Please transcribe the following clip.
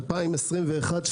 2,021,